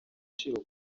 ibiciro